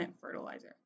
fertilizer